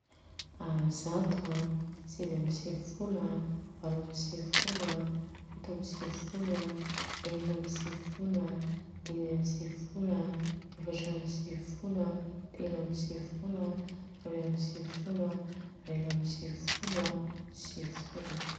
Aa zato an, sivy amin'ny sivy folo an, valo amin'ny sivy folo, fito amin'ny sivy folo an, enina amin'ny sivy folo an, dimy amin'ny sivy folo an, efatra amin'ny sivy folo an, telo amin'ny sivy folo an, roy amin'ny sivy folo an, reka amin'ny sivy folo, sivy folo.